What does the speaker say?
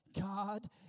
God